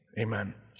Amen